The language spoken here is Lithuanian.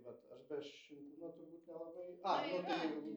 vat aš be šimkūno turbūt nelabai aj nu tai